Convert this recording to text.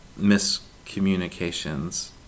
miscommunications